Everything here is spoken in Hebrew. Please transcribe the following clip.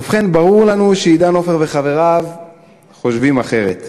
ובכן, ברור לנו שעידן עופר וחבריו חושבים אחרת,